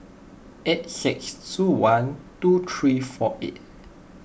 eight six two one two three four eight